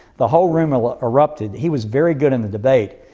the whole room ah ah erupted. he was very good in the debate.